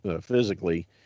physically